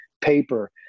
paper